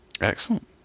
excellent